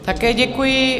Také děkuji.